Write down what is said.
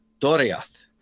Doriath